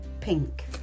pink